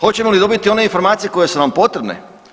Hoćemo li dobiti one informacije koje su nam potrebne?